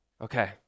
okay